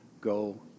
go